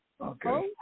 okay